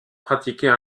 pratiquait